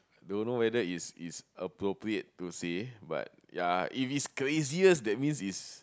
don't know whether it's it's appropriate to see but ya if it's craziest that means it's